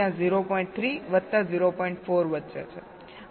4 વચ્ચે છે